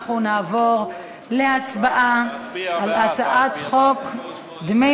אנחנו נעבור להצבעה על הצעת חוק דמי